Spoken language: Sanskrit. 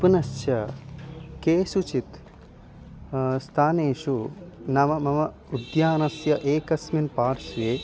पुनश्च केषुचित् स्थानेषु नाम मम उद्यानस्य एकस्मिन् पार्श्वे